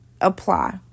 Apply